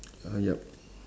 ah yup